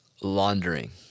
laundering